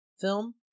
film